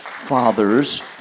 Father's